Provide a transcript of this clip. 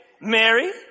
Mary